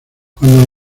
cuando